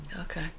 Okay